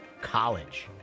College